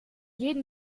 jedem